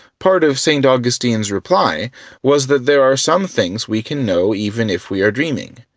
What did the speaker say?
part of st. augustine's reply was that there are some things we can know even if we are dreaming.